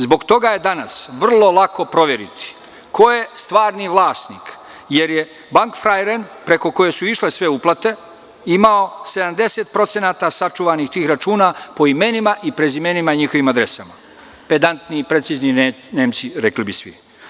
Zbog toga je danas vrlo lako proveriti ko je stvarni vlasnik, jer je „Bank Frajeren“, preko koje su išle sve uplate, imao 70% sačuvanih tih računa po imenima i prezimenima i njihovim adresama, pedantni i precizni Nemci, rekli bi svi.